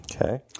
Okay